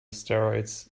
steroids